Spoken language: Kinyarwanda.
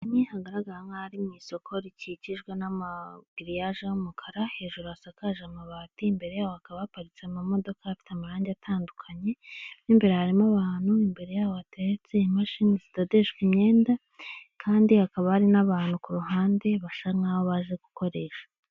Hagaragara nk'aho ari mu isoko rikikijwe n'amagaraje y'umukara hejuru hasakaje amabati imbere yabo ha akaba haparitse amamodoka afite amarangi atandukanye, n'imbere harimo abantu, imbere yaho hateretse imashini zidodeshwa imyenda. Kandi hakaba hari n'abantu kuhande basa nkahobaje gukoresha.